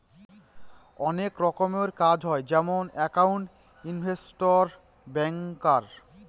অনেক রকমের কাজ হয় যেমন একাউন্ট, ইনভেস্টর, ব্যাঙ্কার